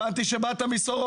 הבנתי שבאת מסורוקה.